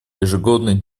ежегодный